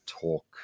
talk